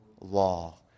law